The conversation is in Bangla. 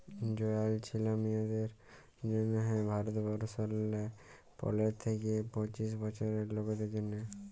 জয়াল ছিলা মিঁয়াদের জ্যনহে ভারতবর্ষলে পলের থ্যাইকে পঁচিশ বয়েসের লকদের জ্যনহে